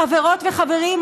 חברות וחברים,